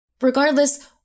Regardless